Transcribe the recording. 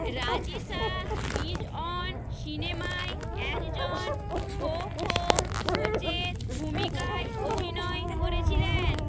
রাজিশা বিজয়ন সিনেমায় একজন খোখো কোচের ভূমিকায় অভিনয় করেছিলেন